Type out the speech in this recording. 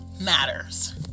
matters